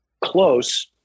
close